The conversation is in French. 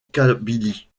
kabylie